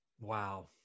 Wow